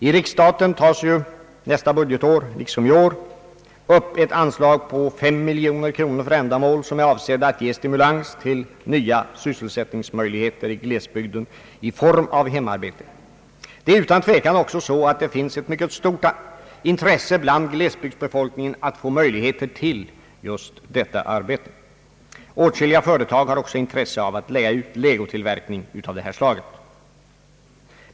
I riksstaten tas för nästa budgetår — liksom i år — upp ett anslag på 5 miljoner kronor för ändamål som är avsedda att ge stimulans till nya sysselsättningsmöjligheter i glesbygden i form av hemarbete. Det är utan tvekan också så att det finns ett mycket stort intresse bland glesbygdsbefolkningen att få möjligheter till hemarbete. Åtskilliga företag har även intresse av att lägga ut legotillverkning av detta slag.